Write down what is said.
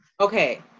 Okay